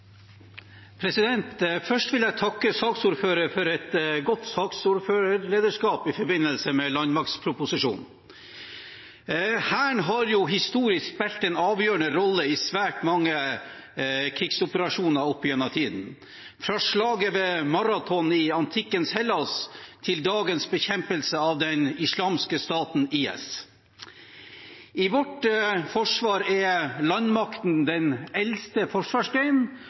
Først vil jeg takke saksordføreren for et godt saksordførerlederskap i forbindelse med landmaktproposisjonen. Hæren har historisk spilt en avgjørende rolle i svært mange krigsoperasjoner opp igjennom tidene, fra slaget ved Marathon i antikkens Hellas til dagens bekjempelse av den islamske staten, IS. I vårt forsvar er landmakten den eldste